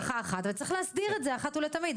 עוד הארכה אחת אבל צריך להסדיר את זה אחת ולתמיד.